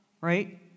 right